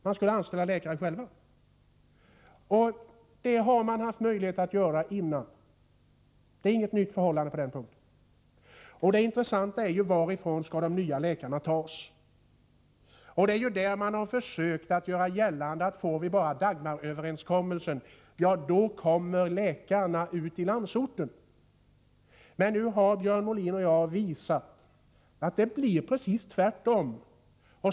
Att själva anställa läkare har landstingen haft möjlighet att göra redan tidigare. Det är inget nytt förhållande på denna punkt. Det intressanta är varifrån de nya läkarna skall tas. Det är i detta sammanhang som man har försökt göra gällande att läkarna kommer ut i landsorten om bara Dagmaröverenskommelsen träder i kraft. Men nu har Björn Molin och jag visat att det blir precis tvärtom.